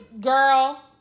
girl